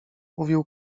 mówił